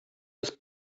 des